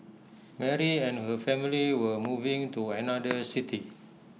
Mary and her family were moving to another city